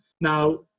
Now